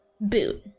Boot